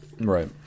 right